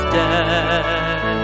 dead